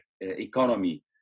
economy